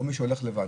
או מי שהולך לבד,